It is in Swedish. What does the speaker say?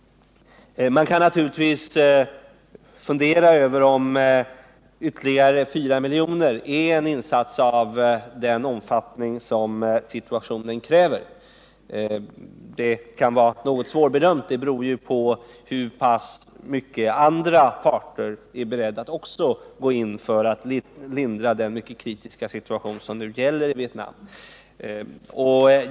Det kan naturligtvis vara svårt att bedöma om ytterligare 4 miljoner är en insats av den omfattning som situationen kräver. Insatsens betydelse beror ju på hur mycket pengar andra parter är beredda att gå in med när det gäller att hjälpa upp den mycket kritiska situation som nu gäller för Vietnam.